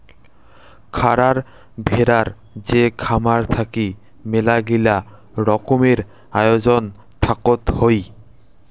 খারার ভেড়ার যে খামার থাকি মেলাগিলা রকমের আয়োজন থাকত হই